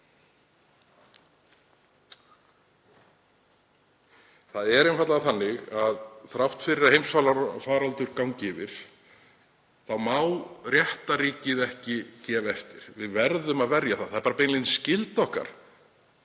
Það er einfaldlega þannig að þrátt fyrir að heimsfaraldur gangi yfir þá má réttarríkið ekki gefa eftir. Við verðum að verja það. Það er beinlínis skylda okkar